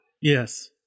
Yes